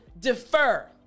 defer